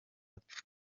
apfa